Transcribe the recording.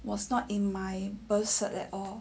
was not in my birth cert at all